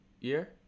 year